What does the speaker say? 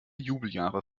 jubeljahre